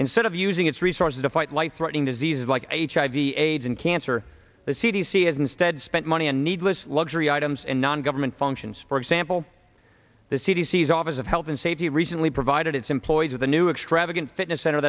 instead of using its resources to fight life threatening diseases like hiv aids and cancer the c d c has instead spent money and needless luxury items and non government functions for example the c d c is office of health and safety recently provided its employees with a new extra fitness center